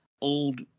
old